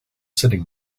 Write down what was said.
sitting